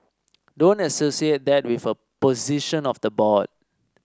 don't associate that with a position of the board